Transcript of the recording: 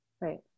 right